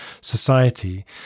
society